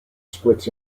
splits